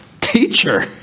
teacher